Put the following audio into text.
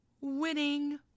Winning